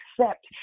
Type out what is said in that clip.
accept